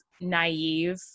naive